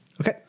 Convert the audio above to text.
Okay